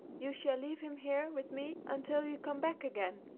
you shall leave him here with me until you come back again!